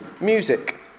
Music